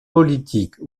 politique